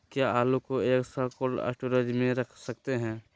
क्या आलू को एक साल कोल्ड स्टोरेज में रख सकते हैं?